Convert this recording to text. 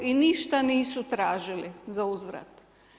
I ništa nisu tražili za uzvrat.